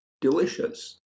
delicious